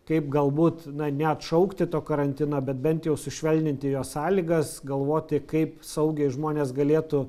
kaip galbūt na neatšaukti to karantino bet bent jau sušvelninti jo sąlygas galvoti kaip saugiai žmonės galėtų